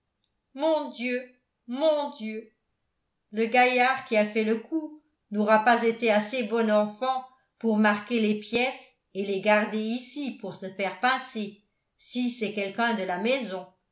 mon dieu mon dieu le gaillard qui a fait le coup n'aura pas été assez bon enfant pour marquer les pièces et les garder ici pour se faire pincer si c'est quelqu'un de la maison